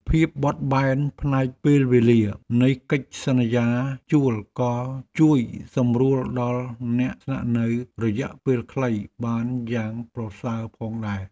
ភាពបត់បែនផ្នែកពេលវេលានៃកិច្ចសន្យាជួលក៏ជួយសម្រួលដល់អ្នកស្នាក់នៅរយៈពេលខ្លីបានយ៉ាងប្រសើរផងដែរ។